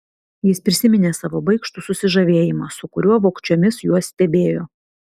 jis prisiminė savo baikštų susižavėjimą su kuriuo vogčiomis juos stebėjo